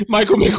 Michael